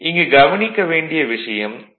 இங்கு கவனிக்க வேண்டிய விஷயம் ஈ